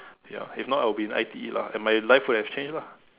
ya if not I would be in I_T_E lah and my life would have changed lah